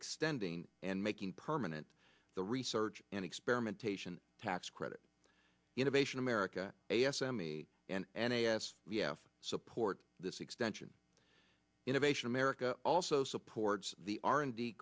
extending and making permanent the research and experimentation tax credit innovation america a s m e n n a s b f support this extension innovation america also supports the r and d